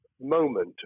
moment